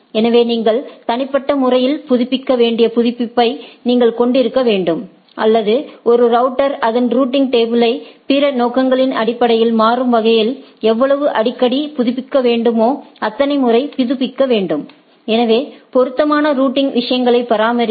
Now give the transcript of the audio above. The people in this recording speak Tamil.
எனவே நீங்கள் தனிப்பட்ட முறையில் புதுப்பிக்க வேண்டிய புதுப்பிப்பை நீங்கள் கொண்டிருக்க வேண்டும் அல்லது ஒரு ரவுட்டர் அதன் ரூட்டிங்டேபிளை பிற நோக்கங்களின் அடிப்படையில் மாறும் வகையில் எவ்வளவு அடிக்கடி புதுப்பிக்கப்பட வேண்டுமோ அத்தனை முறை புதுப்பிக்க வேண்டும் எனவே பொருத்தமான ரூட்டிங் விஷயங்களை பராமரிக்க